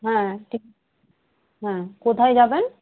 হ্যাঁ ঠিক হ্যাঁ কোথায় যাবেন